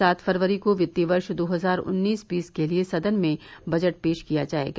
सात फरवरी को वित्तीय वर्ष दो हजार उन्नीस बीस के लिये सदन में बजट पेश किया जायेगा